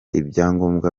ibyangombwa